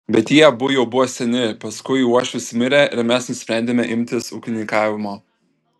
bet jie abu jau buvo seni paskui uošvis mirė ir mes nusprendėme imtis ūkininkavimo